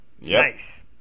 Nice